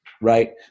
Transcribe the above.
right